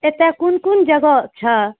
एतय कोन कोन जगह छै